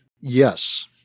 Yes